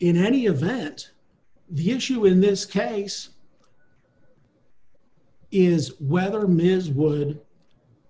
in any event the issue in this case is whether ms wood